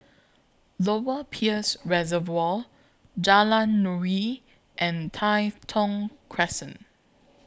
Lower Peirce Reservoir Jalan Nuri and Tai Thong Crescent